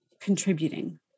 contributing